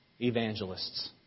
evangelists